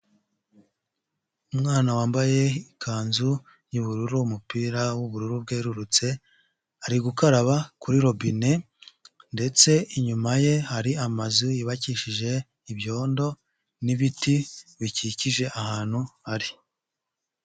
Umwana wambaye ikanzu y'ubururu, umupira w'ubururu bwerurutse, ari gukaraba kuri robine ndetse inyuma ye hari amazu yubakishije ibyondo n'ibiti bikikije ahantu hari.